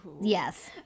Yes